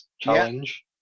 challenge